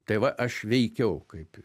tai va aš veikiau kaip